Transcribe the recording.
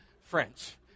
French